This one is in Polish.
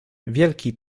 wielki